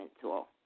tool